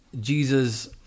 Jesus